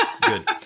Good